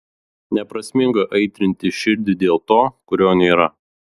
neprasminga aitrinti širdį dėl to kurio nėra